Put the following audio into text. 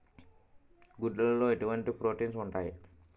గుడ్లు లో ఎటువంటి ప్రోటీన్స్ ఉంటాయి?